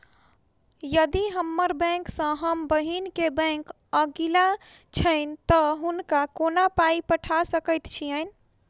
यदि हम्मर बैंक सँ हम बहिन केँ बैंक अगिला छैन तऽ हुनका कोना पाई पठा सकैत छीयैन?